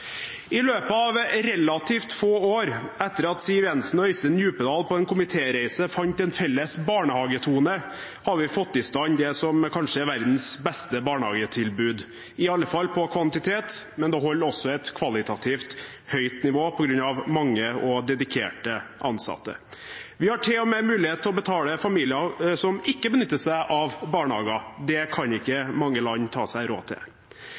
I løpet av relativt få år etter at Siv Jensen og Øystein Djupedal på en komitéreise fant en felles barnehagetone, har vi fått i stand det som kanskje er verdens beste barnehagetilbud, i alle fall når det gjelder kvantitet – men det holder også et kvalitativt høyt nivå på grunn av mange og dedikerte ansatte. Vi har til og med mulighet til å betale familier som ikke benytter seg av barnehager. Det kan ikke mange land ta seg råd til.